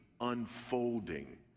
unfolding